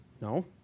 No